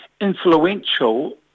influential